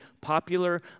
popular